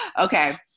Okay